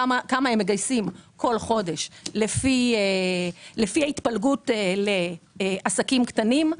כמה הם מגייסים בכל חודש לפי התפלגות לעסקים קטנים,